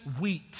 wheat